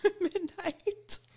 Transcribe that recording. midnight